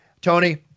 Tony